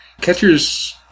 Catcher's